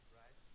right